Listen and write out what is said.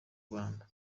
rwanda